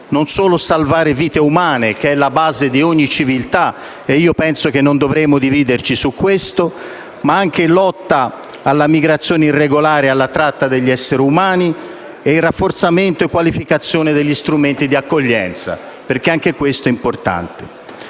non solo salvare vite umane, che è la base di ogni civiltà - e io penso che non dovremmo dividerci su questo - ma anche lottare contro la migrazione irregolare e la tratta degli esseri umani, rafforzare e qualificare gli strumenti di accoglienza, perché anche questo è importante.